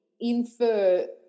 infer